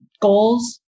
goals